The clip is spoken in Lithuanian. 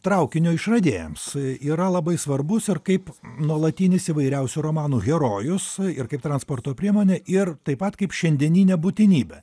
traukinio išradėjams yra labai svarbus ir kaip nuolatinis įvairiausių romanų herojus ir kaip transporto priemonė ir taip pat kaip šiandieninė būtinybė